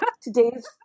Today's